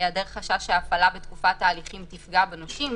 היעדר חשש שההפעלה בתקופת ההליכים תפגע בנושים,